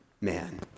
man